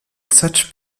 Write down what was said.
such